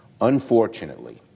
Unfortunately